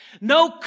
No